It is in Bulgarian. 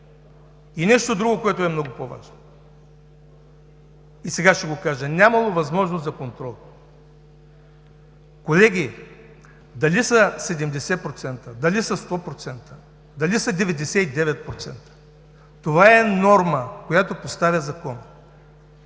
И нещо друго, което е много по-важно, и сега ще го кажа. Нямало възможност за контрол! Колеги, дали са 70%, дали са 100%, дали са 99% – това е норма, която поставя Законът.